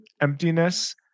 emptiness